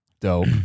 dope